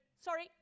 sorry